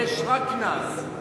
יש רק קנס,